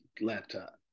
laptop